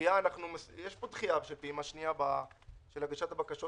יש פה דחייה של הגשת הבקשות